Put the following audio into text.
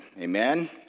Amen